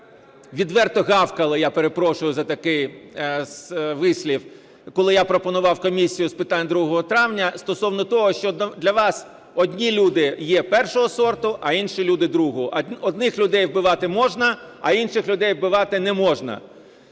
відверто гавкали, я перепрошую за такий вислів, коли я пропонував комісію з питань 2 травня, стосовно того, що для вас одні люди є першого сорту, а інші люди другого. Одних людей вбивати можна, а інших людей вбивати не можна.